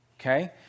okay